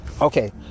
Okay